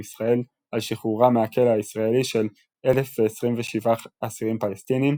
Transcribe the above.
ישראל על שחרורם מהכלא הישראלי של 1,027 אסירים פלסטינים,